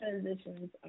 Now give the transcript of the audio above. Transitions